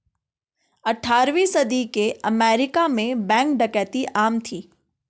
अठारहवीं सदी के अमेरिका में बैंक डकैती आम थी